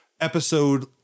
episode